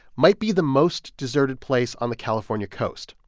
might be the most deserted place on the california coast.